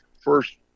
first